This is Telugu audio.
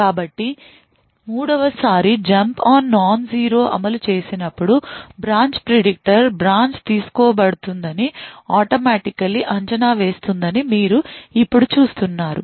కాబట్టి 3 వ సారి జంప్ on no zero అమలు చేసినప్పుడు బ్రాంచ్ ప్రిడిక్టర్ బ్రాంచ్ తీసుకోబడుతుందని automatically అంచనా వేస్తుందని మీరు ఇప్పుడు చూస్తున్నారు